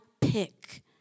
pick